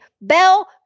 bell